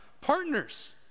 partners